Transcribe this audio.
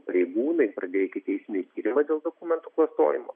pareigūnai pradėjo ikiteisminį tyrimą dėl dokumentų klastojimo